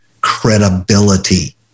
credibility